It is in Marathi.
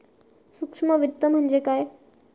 सूक्ष्म वित्त म्हणजे काय?